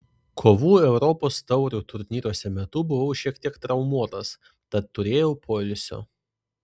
kovų europos taurių turnyruose metu buvau šiek tiek traumuotas tad turėjau poilsio